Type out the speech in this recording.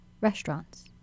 restaurants